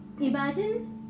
imagine